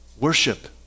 Worship